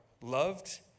loved